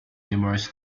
numerous